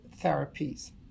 therapies